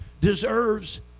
deserves